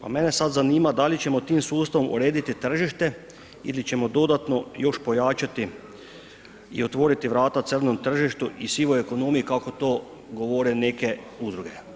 A mene sad zanima da li ćemo tim sustavom urediti tržište ili ćemo dodatno još pojačati i otvoriti vrata crnom tržištu i sivoj ekonomiji kako to govore neke udruge.